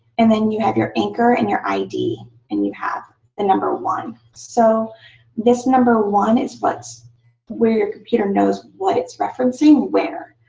and then you have your anchor and your id. and you have a number one. so this number one is what's where your computer knows what it's referencing where.